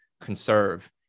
conserve